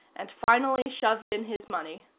and finally shoved in his money.